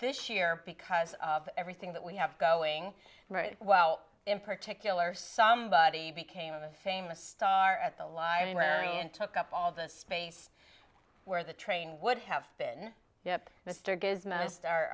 this year because of everything that we have going right while in particular somebody became a famous star at the library and took up all the space where the train would have been up mr gibbs m